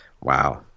Wow